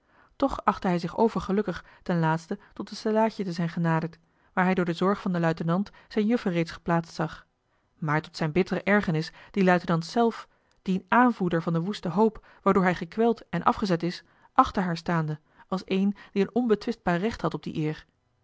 toch achtte hij zich overgelukkig ten laatste tot de stellaadje te zijn genaderd waar hij door de zorg van den luitenant zijn juffer reeds geplaatst zag maar tot zijne bittere ergernis dien luitenant zelf dien aanvoerder van den woesten hoop waardoor hij gekweld en afgezet is achter haar staande als een die een onbetwistbaar recht had op die eer